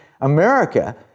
America